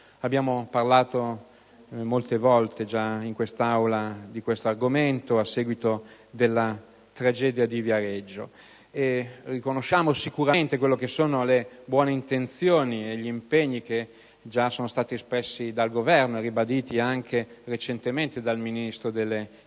Si è parlato molte volte in quest'Aula di questo argomento a seguito della tragedia di Viareggio. Riconosciamo sicuramente le buone intenzioni e gli impegni già espressi dal Governo e ribaditi anche recentemente dal Ministro delle infrastrutture.